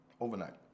Overnight